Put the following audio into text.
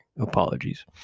Apologies